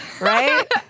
right